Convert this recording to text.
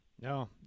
No